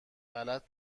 غلط